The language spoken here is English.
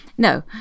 No